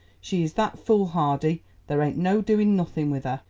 she is that foolhardy there ain't no doing nothing with her.